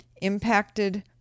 impacted